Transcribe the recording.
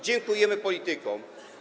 Dziękujemy politykom.